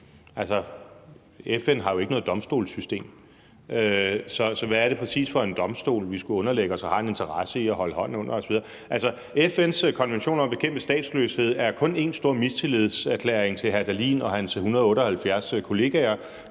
FN har jo ikke noget domstolssystem, så hvad er det præcis for en domstol, vi skulle underlægge os og har en interesse i at holde hånden under osv.? FN's konvention om at bekæmpe statsløshed er kun én stor mistillidserklæring til hr. Morten Dahlin og hans 178 kollegaer